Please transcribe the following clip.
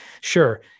Sure